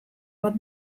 bat